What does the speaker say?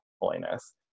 holiness